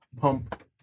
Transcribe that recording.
pump